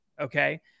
okay